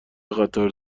قطار